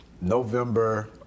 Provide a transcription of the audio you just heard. November